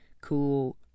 cool